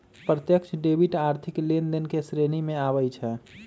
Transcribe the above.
प्रत्यक्ष डेबिट आर्थिक लेनदेन के श्रेणी में आबइ छै